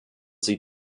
sie